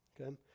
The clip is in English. Okay